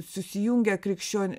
susijungia krikščion